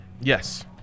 Yes